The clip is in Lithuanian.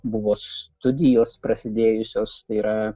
buvus studijos prasidėjusios tai yra